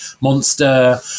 monster